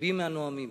רבים מהנואמים.